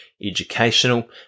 educational